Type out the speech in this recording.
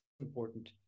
important